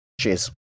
Cheers